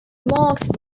marked